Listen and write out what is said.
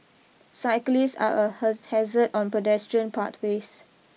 cyclists are a hazard on pedestrian pathways